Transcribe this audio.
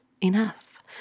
enough